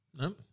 No